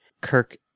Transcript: Kirk